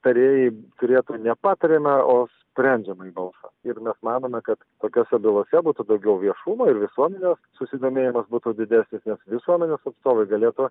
tarėjai turėtų nepatariamą o sprendžiamąjį balsą ir mes manome kad tokiose bylose būtų daugiau viešumo ir visuomenės susidomėjimas būtų didesnis nes visuomenės atstovai galėtų